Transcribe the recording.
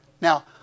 Now